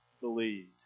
believed